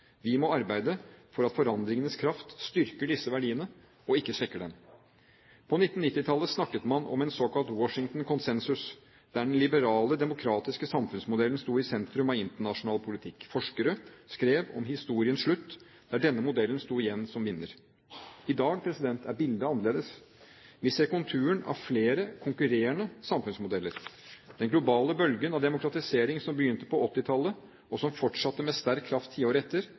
Vi må arbeide for at forandringenes kraft styrker disse verdiene og ikke svekker dem. På 1990-tallet snakket man om en såkalt Washington-konsensus, der den liberale demokratiske samfunnsmodellen sto i sentrum av internasjonal politikk. Forskere skrev om «historiens slutt», der denne modellen sto igjen som vinner. I dag er bildet annerledes. Vi ser konturene av flere konkurrerende samfunnsmodeller. Den globale bølgen av demokratisering som begynte på 1980-tallet, og som fortsatte med sterk kraft i tiåret etter,